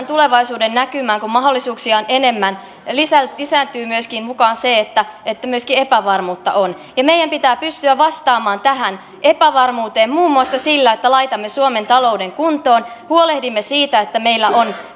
tulevaisuuden näkymässä kun mahdollisuuksia on enemmän lisääntyy lisääntyy myöskin se että epävarmuutta on meidän pitää pystyä vastaamaan tähän epävarmuuteen muun muassa sillä että laitamme suomen talouden kuntoon huolehdimme siitä että meillä on